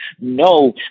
No